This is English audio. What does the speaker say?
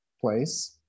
place